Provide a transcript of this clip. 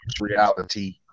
reality